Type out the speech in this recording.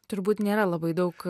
turbūt nėra labai daug